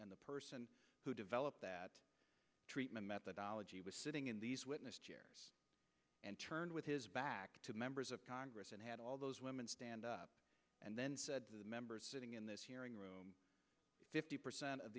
and the person who developed that treatment methodology was sitting in these witness chair and turned with his back to members of congress and had all those women stand up and then the members sitting in this hearing room fifty percent of